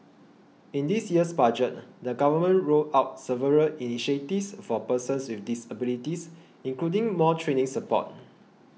in this year's budget the government rolled out several initiatives for persons with disabilities including more training support